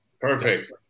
Perfect